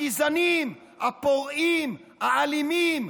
הגזענים, הפורעים, האלימים.